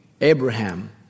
Abraham